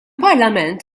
parlament